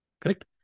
Correct